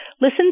listen